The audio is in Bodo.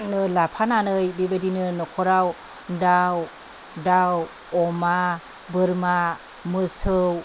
लाफानानै बेबायदिनो न'खराव दाउ अमा बोरमा मोसौ